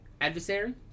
adversary